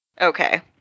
Okay